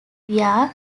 via